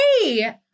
hey